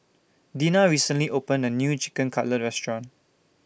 Dina recently opened A New Chicken Cutlet Restaurant